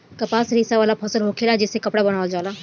कपास रेशा वाला फसल होखेला जे से कपड़ा बनावल जाला